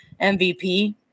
MVP